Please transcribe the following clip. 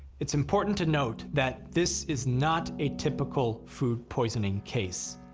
it's important to note that this is not a typical food poisoning case.